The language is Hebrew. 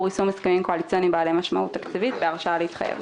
יישום הסכמים קואליציוניים בעלי משמעות תקציבית בהרשאה להתחייב.